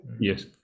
Yes